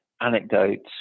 anecdotes